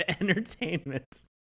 Entertainment